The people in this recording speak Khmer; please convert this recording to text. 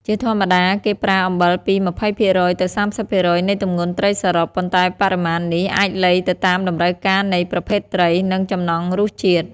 ជាធម្មតាគេប្រើអំបិលពី ២០% ទៅ ៣០% នៃទម្ងន់ត្រីសរុប ប៉ុន្តែបរិមាណនេះអាចលៃទៅតាមតម្រូវការនៃប្រភេទត្រី និងចំណង់រសជាតិ។